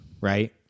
right